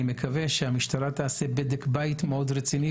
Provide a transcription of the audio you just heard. אני מקווה שהמשטרה תעשה בדק בית מאוד רציני,